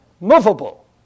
movable